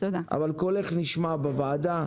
אבל קולך נשמע בוועדה